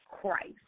Christ